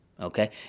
Okay